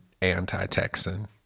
anti-Texan